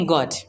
God